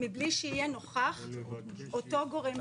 מבלי שיהיה נוכח אותו גורם מקצועי?